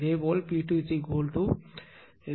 இதேபோல் P2 விL cosine 30 o